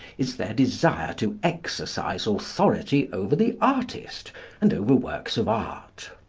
is their desire to exercise authority over the artist and over works of art.